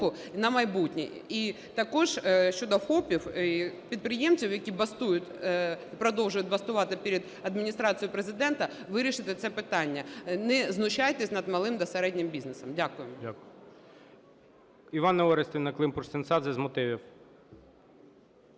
І також щодо ФОПів, підприємців, які бастують, продовжують бастувати перед Адміністрацією Президента - вирішити це питання. Не знущайтесь над малим та середнім бізнесом. Дякую.